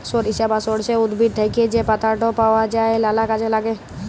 সরিষা বা সর্ষে উদ্ভিদ থ্যাকে যা পাতাট পাওয়া যায় লালা কাজে ল্যাগে